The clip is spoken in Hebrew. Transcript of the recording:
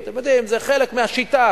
ואני הגעתי להסכמות,